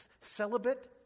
celibate